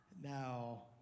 Now